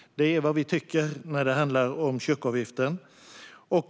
Det är vad vi tycker när det handlar om kyrkoavgiften.